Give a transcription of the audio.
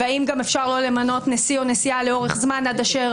והאם אפשר לא למנות נשיא או נשיאה לאורך זמן עד אשר